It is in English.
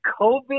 COVID